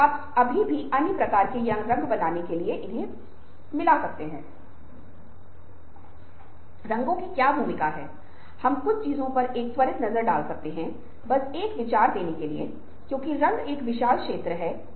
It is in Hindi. लेकिन समझने के लिए उन्हें 4 चरणों में विघटित किया जा सकता है पहला कदम तैयारी है